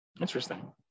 Interesting